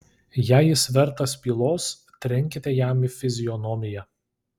jei jis vertas pylos trenkite jam į fizionomiją